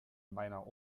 meiner